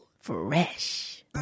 Fresh